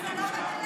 כי זה לא משלב את,